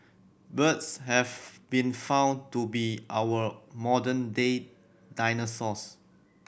birds have been found to be our modern day dinosaurs